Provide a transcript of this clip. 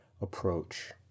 approach